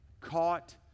caught